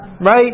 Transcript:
right